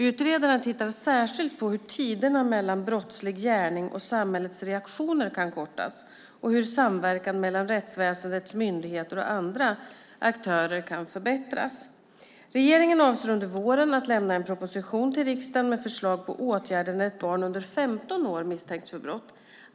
Utredaren tittar särskilt på hur tiderna mellan brottslig gärning och samhällets reaktioner kan kortas och hur samverkan mellan rättsväsendets myndigheter och andra aktörer kan förbättras. Regeringen avser under våren att lämna en proposition till riksdagen med förslag på åtgärder när ett barn under 15 år misstänks för brott.